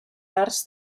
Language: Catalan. parts